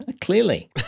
Clearly